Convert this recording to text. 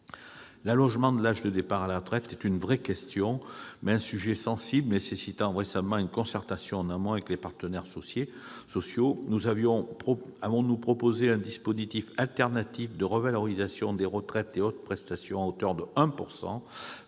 le recul de l'âge de départ à la retraite est une vraie question, mais ce sujet sensible nécessite une concertation en amont avec les partenaires sociaux. Aussi avons-nous proposé un dispositif alternatif de revalorisation des retraites et d'autres prestations à hauteur de 1